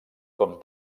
com